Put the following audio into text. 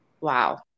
Wow